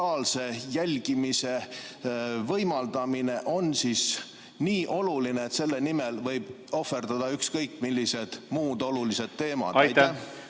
Aitäh,